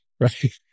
right